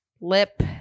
lip